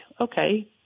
okay